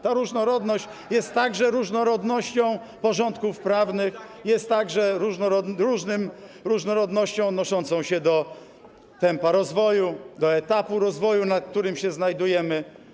Ta różnorodność jest także różnorodnością porządków prawnych, jest także różnorodnością odnoszącą się do tempa rozwoju, do etapu rozwoju, na jakim się znajdujemy.